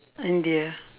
india